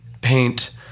paint